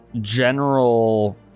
general